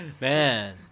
Man